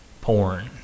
porn